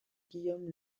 guillaume